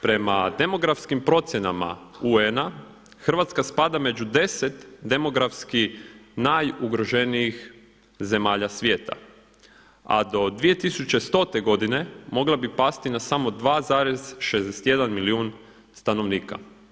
Prema demografskim procjenama UN-a Hrvatska spada među deset demografski najugroženijih zemalja svijeta, a do 2100. godine mogla bi pasti na samo 2,61 milijun stanovnika.